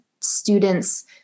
students